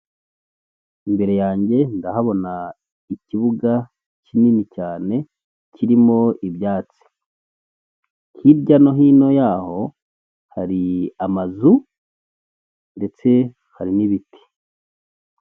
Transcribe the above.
Imbere yanjye ndahabona ikibuga kinini cyane kirimo ibyatsi hirya no hino yaho, hari amazu ndetse hari n'ibiti.